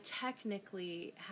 technically